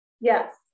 Yes